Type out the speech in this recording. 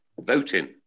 voting